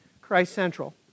Christ-Central